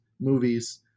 movies